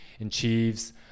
achieves